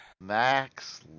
Max